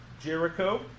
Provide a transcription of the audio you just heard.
Jericho